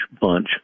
bunch